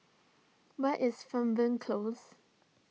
where is Fernvale Close